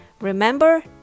Remember